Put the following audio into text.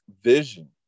vision